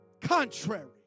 contrary